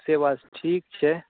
से बात ठीक छै